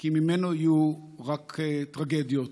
כי ממנו יהיו רק טרגדיות.